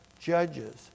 judges